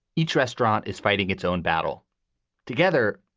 each restaurant is fighting its own battle together.